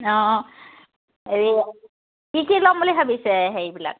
অঁ হেৰি কি কি ল'ম বুলি ভাবিছে হেৰিবিলাক